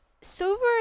silver